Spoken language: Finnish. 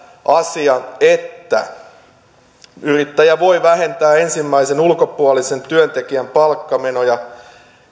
asia että yrittäjä voi vähentää ensimmäisen ulkopuolisen työntekijän palkkamenoja